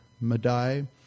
Madai